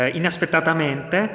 inaspettatamente